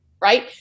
right